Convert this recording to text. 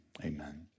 amen